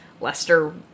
Lester